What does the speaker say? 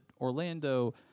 Orlando